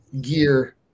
gear